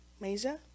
Mesa